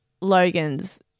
Logan's